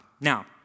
Now